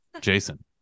Jason